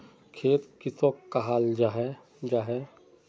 खेत किसोक कहाल जाहा जाहा?